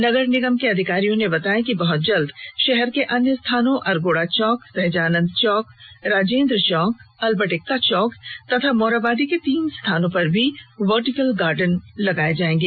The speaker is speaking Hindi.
नगर निगम के अधिकारियों ने बताया कि बहुत जल्द शहर के अन्य स्थानों अरगोड़ा चौक सहजानन्द चौक राजेन्द्र चौक अल्बर्ट एक्का चौक तथा मोरहाबादी के तीन स्थानों पर भी वर्टिकल गार्डन लगाया जाएगा